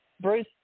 Bruce